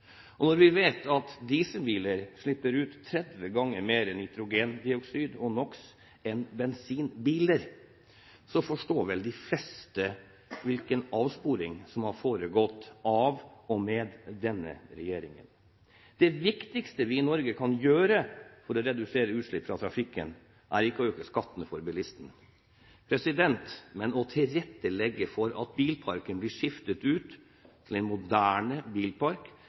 Når vi vet at dieselbiler slipper ut 30 ganger mer nitrogendioksid enn bensinbiler, forstår vel de fleste hvilken avsporing som har foregått av og med denne regjeringen. Det viktigste vi kan gjøre i Norge for å redusere utslipp fra trafikken, er ikke å øke skattene for bilistene, men å tilrettelegge for at bilparken blir skiftet ut til en moderne bilpark